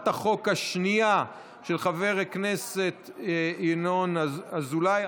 החוק השנייה, של חבר הכנסת ינון אזולאי.